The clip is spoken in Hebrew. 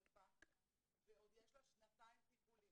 שנשרפה ועוד יש לה שנתיים טיפולים.